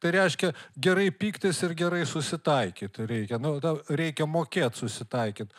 tai reiškia gerai pyktis ir gerai susitaikyt reikia nu tau reikia mokėt susitaikyt